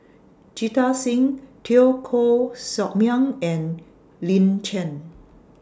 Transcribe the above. Jita Singh Teo Koh Sock Miang and Lin Chen